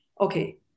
okay